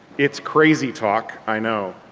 it's crazy talk, i know.